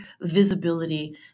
visibility